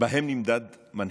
נמדד מנהיג.